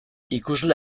ikusle